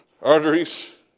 arteries